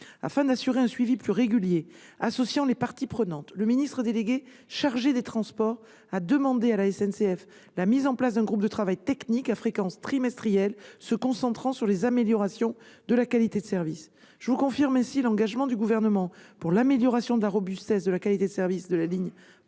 Afin d'assurer un suivi plus régulier associant les parties prenantes, le ministre chargé des transports a demandé à la SNCF la mise en place d'un groupe de travail technique se réunissant à fréquence trimestrielle et se concentrant sur les améliorations de la qualité de service. Je vous confirme ainsi l'engagement du Gouvernement pour l'amélioration de la robustesse et de la qualité de service de la ligne Polt